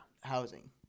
housing